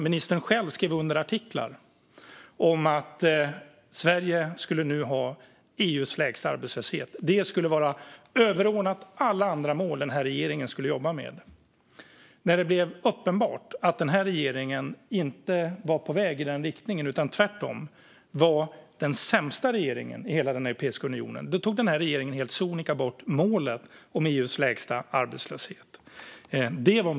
Ministern själv skrev under artiklar om det. Detta skulle vara överordnat alla andra mål för en socialdemokratiskt ledd regering. När det senare blev uppenbart att man inte var på väg i denna riktning utan var den sämsta regeringen i hela Europeiska unionen tog regeringen helt sonika bort målet om EU:s lägsta arbetslöshet. Fru talman!